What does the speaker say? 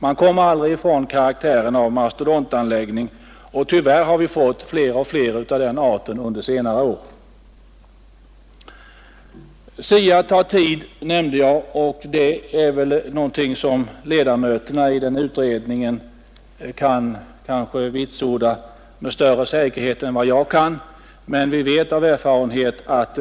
Man kommer inte ifrån det förhållandet att skolorna får karaktären av mastodontanläggningar, och vi har tyvärr fått allt fler av den arten under senare år. Jag nämnde att SIA:s arbete kommer att ta tid, och det är väl något som ledamöterna i utredningen kan vitsorda med större säkerhet än jag, men vi vet av erfarenhet att